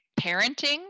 parenting